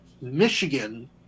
Michigan